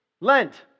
Lent